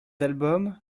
album